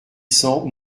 cents